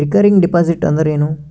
Recurring deposit ಅಂದರೇನು?